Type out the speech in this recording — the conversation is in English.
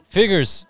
Figures